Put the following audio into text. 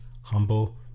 humble